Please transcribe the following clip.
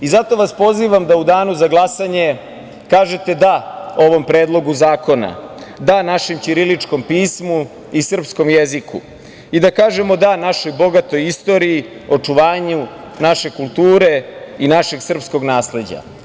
Pozivam vas da u danu za glasanje kažete da ovom Predlogu zakona, da našem ćiriličkom pismu i srpskom jeziku i da kažemo da našoj bogatoj istoriji, očuvanju naše kulture i našeg srpskog nasleđa.